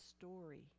story